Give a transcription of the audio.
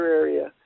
area